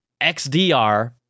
xdr